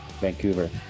vancouver